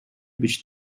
być